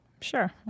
Sure